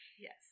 Yes